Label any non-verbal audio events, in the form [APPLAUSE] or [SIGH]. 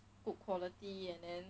[NOISE] good quality and then